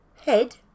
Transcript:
head